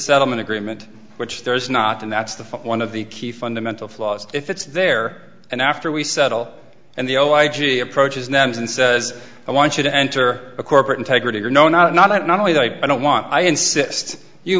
settlement agreement which there is not and that's the one of the key fundamental flaws if it's there and after we settle and the oh i g approaches nouns and says i want you to enter a corporate integrity or no not not not only that i don't want i insist you